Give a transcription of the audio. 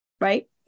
right